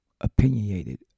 opinionated